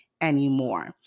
anymore